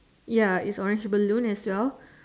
ya is orange balloon as well